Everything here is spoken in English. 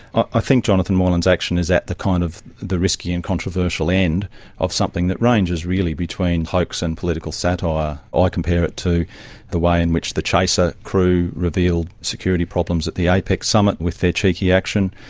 i think jonathan moylan's action is at the kind of the risky and controversial end of something that arranges really between hoax and political satire. ah i compare it to the way in which the chaser crew reveal security problems at the apec summit with their cheeky action,